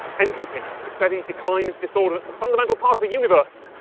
entropy, the steady decline into disorder that's a fundamental part of the universe,